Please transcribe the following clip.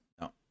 no